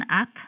up